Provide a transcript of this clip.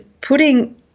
putting